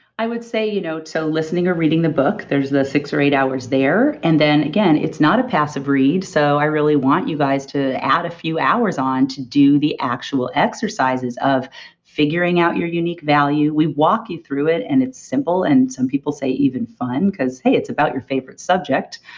i would say you know to listening or reading the book, there's the six or eight hours there. and then again, it's not a passive read so i really want you guys to add a few hours on to do the actual exercises of figuring out your unique value. we walk you through it and it's simple and some people say even fun because hey, it's about your favorite subject,